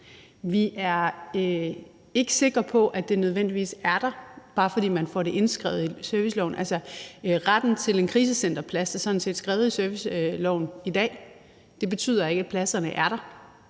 Vi er ikke sikre på, at den nødvendigvis er der, bare fordi man får det indskrevet i serviceloven. Retten til en krisecenterplads er sådan set skrevet i serviceloven i dag. Det betyder ikke, at pladserne er der.